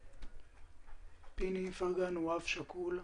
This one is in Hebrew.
פיני הוא אב שכול.